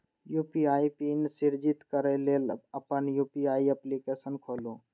UPI PIN सृजित करै लेल अपन यू.पी.आई एप्लीकेशन खोलू